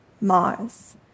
Mars